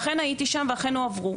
ואכן הייתי שם ואכן הועברו